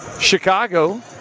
Chicago